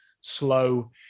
slow